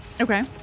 Okay